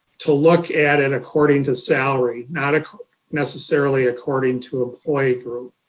to look at and according to salary, not ah necessarily according to employee group.